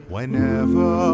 Whenever